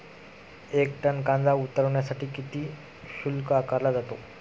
एक टन कांदा उतरवण्यासाठी किती शुल्क आकारला जातो?